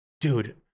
dude